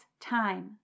time